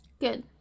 Good